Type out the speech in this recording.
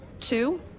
Two